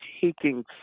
taking